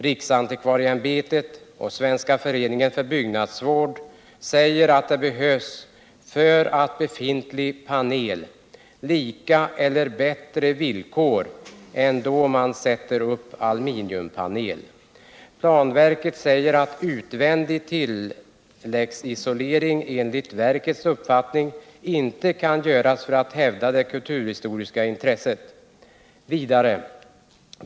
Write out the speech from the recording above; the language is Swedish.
Riksantikvarieämbetet och Svenska föreningen för byggnadsvård säger att det för befintlig panel behövs lika eller bättre villkor än när man sätter upp aluminiumpanel. Planverket säger att utvändig tilläggsisolering enligt verkets uppfattning inte kan göras för att hävda det kulturhistoriska intresset.